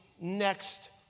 next